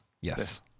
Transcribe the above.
Yes